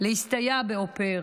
להסתייע באופר,